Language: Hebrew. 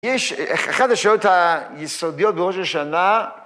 ‫יש חדשות יסודיות בראש השנה.